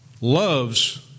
loves